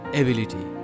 ability